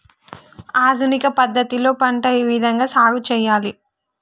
ఆధునిక పద్ధతి లో పంట ఏ విధంగా సాగు చేయాలి?